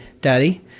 Daddy